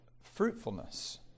fruitfulness